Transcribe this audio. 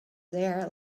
there